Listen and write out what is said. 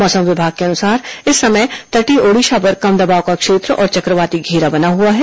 मौसम विभाग के अनुसार इस समय तटीय ओडिशा पर कम दबाव का क्षेत्र और चक्रवाती घेरा बना हुआ है